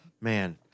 man